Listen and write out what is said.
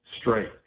straight